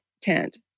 tent